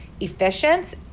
efficient